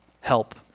help